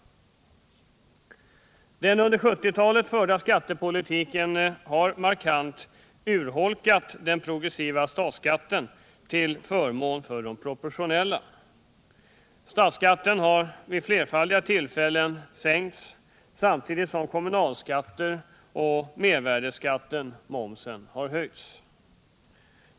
Den under 1970-talet förda skattepolitiken har markant urholkat den progressiva statsskatten till förmån för de proportionella skatteskalorna. Statsskatten har vid flerfaldiga tillfällen sänkts samtidigt som kommunalskatter och mervärdeskatten, momsen, höjts.